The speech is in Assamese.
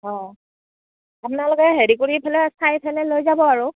অঁ আপোনালোকে হেৰি কৰি ফেলে চাই ফেলে লৈ যাব আৰু